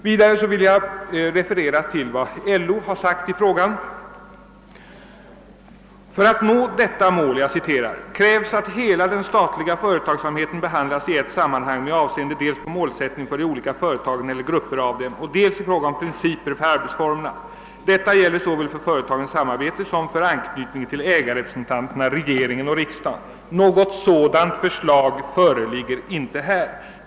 Vidare vill jag referera till vad LO har sagt i frågan: »För att nå detta mål krävs att hela den statliga företagsamheten behandlas i ett sammanhang med avseende dels på målsättning för de olika företagen eller grupper av dem, och dels i fråga om principer för arbetsformerna. Detta gäller såväl för företagens samarbete som för anknytningen till ägarerepresentanterna — «regeringen och riksdagen. Något sådant förslag föreligger inte här.